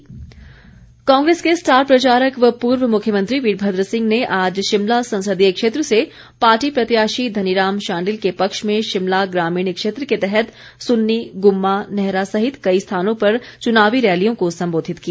Virbhadra Congress के star प्रचारक व पूर्व मुख्यमंत्री वीरभद्र सिंह ने आज शिमला संसदीय क्षेत्र से पार्टी प्रत्याशी धनीराम शांडिल के पक्ष में शिमला ग्रामीण क्षेत्र के तहत सुन्नी गुम्मा नैहरा सहित कई स्थानों पर चुनावी रैलियों को संबोधित किया